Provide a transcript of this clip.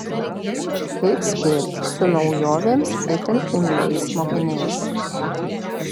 kaip spėti su naujovėms itin imliais mokiniais